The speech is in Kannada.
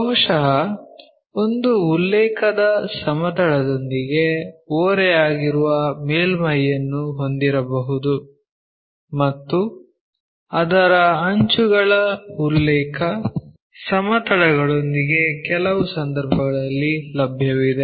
ಬಹುಶಃ ಒಂದು ಉಲ್ಲೇಖದ ಸಮತಲದೊಂದಿಗೆ ಓರೆಯಾಗಿರುವ ಮೇಲ್ಮೈಯನ್ನು ಹೊಂದಿರಬಹುದು ಮತ್ತು ಅದರ ಅಂಚುಗಳ ಉಲ್ಲೇಖ ಸಮತಲಗಳೊಂದಿಗೆ ಕೆಲವು ಸಂದರ್ಭಗಳಲ್ಲಿ ಲಭ್ಯವಿದೆ